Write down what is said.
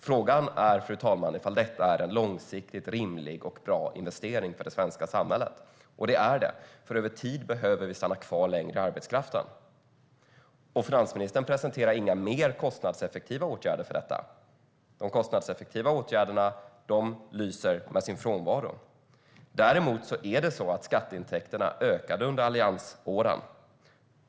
Frågan är, fru talman, om detta är en långsiktigt rimlig och bra investering för det svenska samhället - och det är det, för över tid behöver vi stanna kvar längre i arbetskraften. Finansministern presenterar heller inga mer kostnadseffektiva åtgärder för detta. De kostnadseffektiva åtgärderna lyser med sin frånvaro. Däremot är det så att skatteintäkterna ökade under alliansåren.